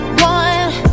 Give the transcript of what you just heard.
One